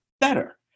better